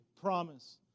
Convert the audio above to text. promise